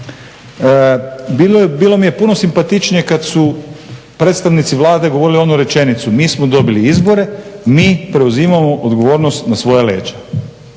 Bilo mi je puno simpatičnije kad su predstavnici Vlade govorili onu rečenicu mi smo dobili izbore, mi preuzimamo odgovornost na svoja leđa.